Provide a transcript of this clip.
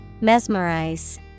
Mesmerize